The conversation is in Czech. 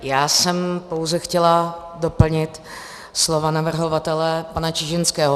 Já jsem pouze chtěla doplnit slova navrhovatele pana Čižinského.